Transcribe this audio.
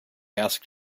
asked